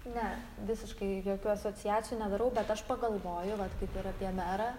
ne visiškai jokių asociacijų nedarau bet aš pagalvoju vat kaip ir apie merą